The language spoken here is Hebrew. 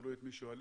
תלוי את מי שואלים.